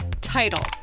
Title